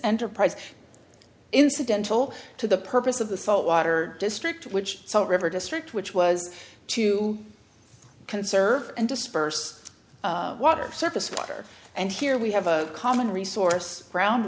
enterprise incidental to the purpose of the salt water district which so river district which was to conserve and disperse water surface water and here we have a common resource ground